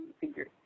figure